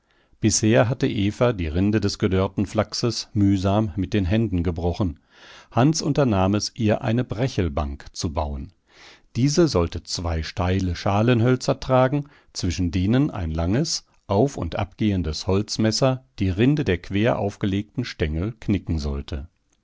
bisher hatte eva die rinde des gedörrten flachses mühsam mit den händen gebrochen hans unternahm es ihr eine brechelbank zu bauen diese sollte zwei steile schalenhölzer tragen zwischen denen ein langes auf und abgehendes holzmesser die rinde der quer aufgelegten stengel knicken sollte